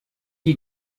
iyi